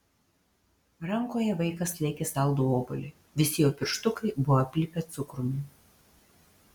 rankoje vaikas laikė saldų obuolį visi jo pirštukai buvo aplipę cukrumi